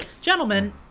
gentlemen